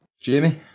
Jamie